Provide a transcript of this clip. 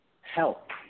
help